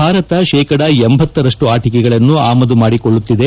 ಭಾರತ ಶೇಕದ ಲಂರಷ್ಟು ಆಟಿಕೆಗಳನ್ನು ಆಮದು ಮಾದಿಕೊಳ್ಳುತ್ತಿದೆ